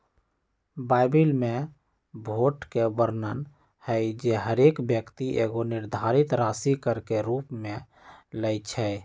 Bible में भोट के वर्णन हइ जे हरेक व्यक्ति एगो निर्धारित राशि कर के रूप में लेँइ छइ